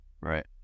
Right